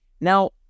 Now